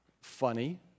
Funny